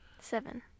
seven